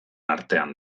artean